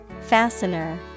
Fastener